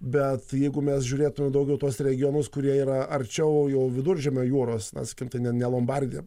bet jeigu mes žiūrėtume daugiau tuos regionus kurie yra arčiau jau viduržemio jūros na sakykim tai ne ne lombardija